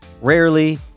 rarely